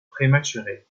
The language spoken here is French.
prématurée